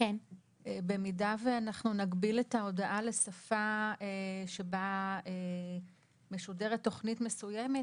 במידה ואנחנו נגביל את ההודעה לשפה שבה משודרת תוכנית מסוימת,